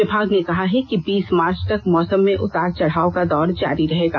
विभाग ने कहा है कि बीस मार्च तक मौसम में उतार चढ़ाव का दौर जारी रहेगा